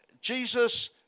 Jesus